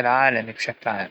لحظة الإستقلال.